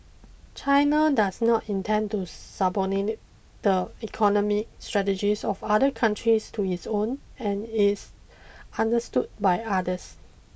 China does not intend to subordinate the economic strategies of other countries to its own and is understood by others